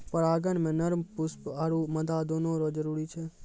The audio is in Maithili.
परागण मे नर पुष्प आरु मादा दोनो रो जरुरी छै